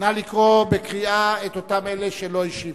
נא לקרוא את אותם אלה שלא השיבו.